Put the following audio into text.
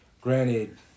Granted